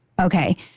Okay